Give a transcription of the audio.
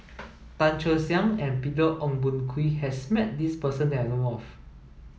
Tan Che Sang and Peter Ong Boon Kwee has met this person that I know of